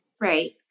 Right